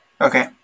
Okay